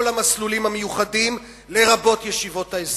המסלולים המיוחדים לרבות ישיבות ההסדר.